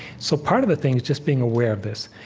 so, part of the thing is just being aware of this.